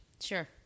sure